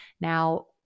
Now